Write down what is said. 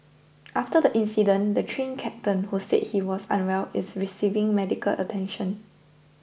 after the incident the Train Captain who said he was unwell is receiving medical attention